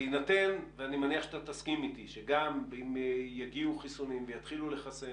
בהינתן ואני מניח שתסכים איתי שגם אם יגיעו חיסונים ויתחילו לחסן